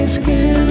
skin